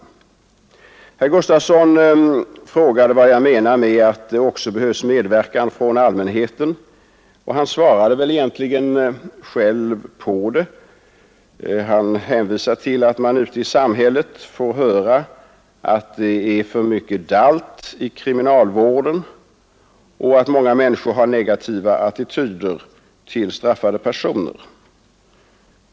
Herr Gustavsson undrade vad jag menar med att det också behövs medverkan från allmänheten, och han svarade väl egentligen själv på frågan. Han hänvisade till att man ute i samhället kan få höra att det är för mycket dalt i kriminalvården och att många människor har negativa attityder till straffade personer.